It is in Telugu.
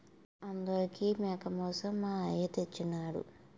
ఆదోరంకి మేకమాంసం మా అయ్య తెచ్చెయినాడు